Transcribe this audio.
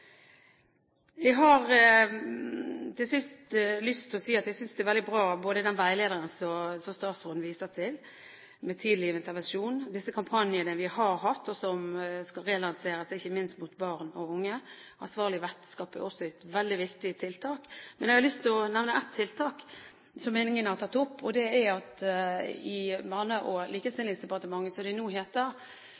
Jeg har til sist lyst til å si at jeg synes den veilederen som statsråden viser til om tidlig intervensjon, er veldig bra. Disse kampanjene vi har hatt, og som skal relanseres, ikke minst overfor barn og unge, og «Ansvarlig vertskap», er også veldig viktige tiltak. Men jeg har lyst til å nevne ett tiltak som ingen har tatt opp, og det er at i Barne-, likestillings- og